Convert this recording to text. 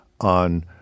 on